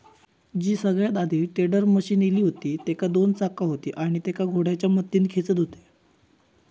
जी सगळ्यात आधी tedder machine इली हुती तेका दोन चाका हुती आणि तेका घोड्याच्या मदतीन खेचत हुते